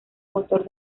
motor